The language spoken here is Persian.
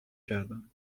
کردم